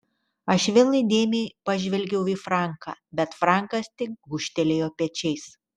aš vėl įdėmiai pažvelgiau į franką bet frankas tik gūžtelėjo pečiais